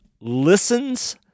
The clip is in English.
listens